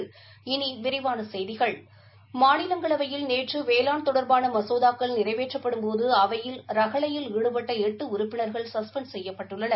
இனி விரிவான செய்திகள் மாநிலங்களவையில் நேற்று வேளாண் தொடர்பான மசோதாக்கள் நிறைவேற்றப்படும் போது அவையில் ரகளையில் ஈடுபட்ட எட்டு உறுப்பினர்கள் சஸ்பெண்ட் செய்யப்பட்டுள்ளனர்